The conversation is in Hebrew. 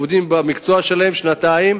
עובדים במקצוע שלהם שנתיים,